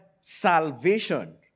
salvation